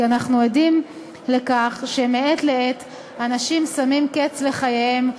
כי אנחנו עדים לכך שמעת לעת אנשים שמים קץ לחייהם,